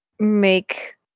make